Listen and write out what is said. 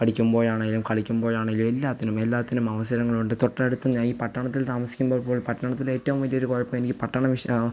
പഠിക്കുമ്പോഴാണെങ്കിലും കളിക്കുമ്പോഴാണെങ്കിലും എല്ലാത്തിനും എല്ലാത്തിനും അവസരങ്ങളുണ്ട് തൊട്ടടുത്ത് ഞാൻ ഈ പട്ടണത്തിൽ താമസിക്കുമ്പോൾ പൊ പട്ടണത്തിൽ ഏറ്റവും വലിയൊരു കുഴപ്പം എനിക്ക് പട്ടണം ഇഷ്